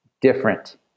different